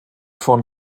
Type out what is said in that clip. von